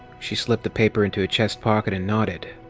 she slipped the paper into a chest pocket and nodded.